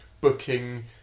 booking